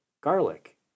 garlic